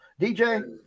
DJ